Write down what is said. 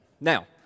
Now